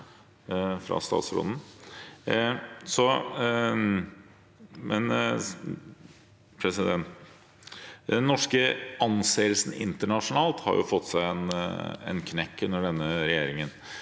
Den norske anseelsen internasjonalt har fått seg en knekk under denne regjeringen,